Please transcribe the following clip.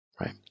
right